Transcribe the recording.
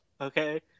okay